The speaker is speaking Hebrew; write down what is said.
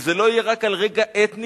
שזה לא יהיה רק על רקע אתני,